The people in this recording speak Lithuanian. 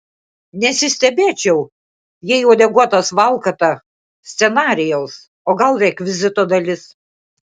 nesistebėčiau jei uodeguotas valkata scenarijaus o gal rekvizito dalis